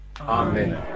Amen